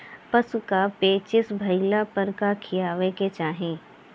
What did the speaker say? पशु क पेचिश भईला पर का खियावे के चाहीं?